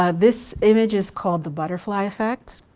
ah this image is called the butterfly effect.